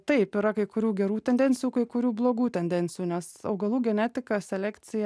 taip yra kai kurių gerų tendencijų kai kurių blogų tendencijų nes augalų genetika selekcija